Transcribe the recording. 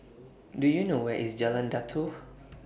Do YOU know Where IS Jalan Datoh